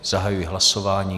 Zahajuji hlasování.